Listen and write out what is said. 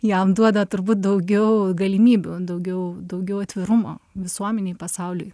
jam duoda turbūt daugiau galimybių daugiau daugiau atvirumo visuomenei pasauliui